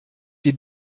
die